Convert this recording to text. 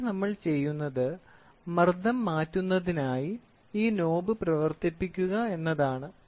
ഇവിടെ നമ്മൾ ചെയ്യുന്നത് മർദ്ദം മാറ്റുന്നതിനായി ഈ നോബ് പ്രവർത്തിപ്പിക്കുക എന്നതാണ്